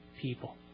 people